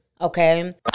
Okay